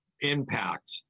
impact